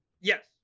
Yes